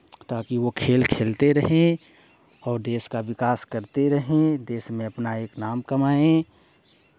ताकि वो खेल खेलते रहें और देश का विकास करते रहें देश में अपना एक नाम कमाएं